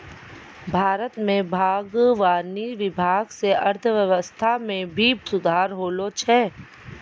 भारत मे बागवानी विभाग से अर्थव्यबस्था मे भी सुधार होलो छै